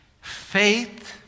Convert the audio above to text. Faith